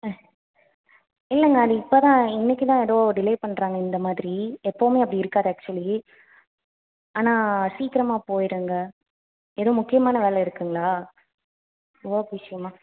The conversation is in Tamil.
அ இல்லைங்க அது இப்போ தான் இன்னைக்கு தான் ஏதோ டிலே பண்ணுறாங்க இந்த மாதிரி எப்பவுமே அப்படி இருக்காது ஆக்ஷுவலி ஆனால் சீக்கிரமாக போயிடுங்க எதுவும் முக்கியமான வேலை இருக்குங்களா